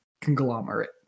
conglomerate